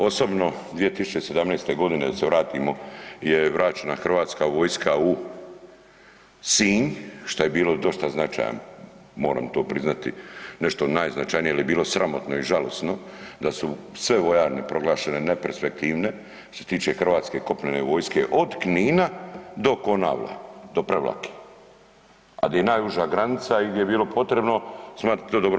Osobno 2017. godine da se vratimo je vraćena Hrvatska vojska u Sinj što je bilo dosta značajno moram to priznati, nešto najznačajnije jer je bilo sramotno i žalosno da su sve vojarne proglašene neperspektivne što se tiče Hrvatske kopnene vojske od Knina do Konavla, do Prevlake a gdje je najuža granica i gdje je bilo potrebno smatram to dobro.